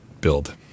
build